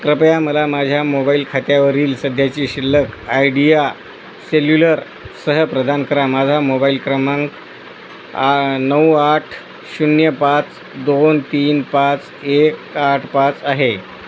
कृपया मला माझ्या मोबाईल खात्यावरील सध्याची शिल्लक आयडिया सेल्युलरसह प्रदान करा माझा मोबाईल क्रमांक नऊ आठ शून्य पाच दोन तीन पाच एक आठ पाच आहे